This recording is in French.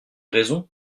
raisons